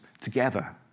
together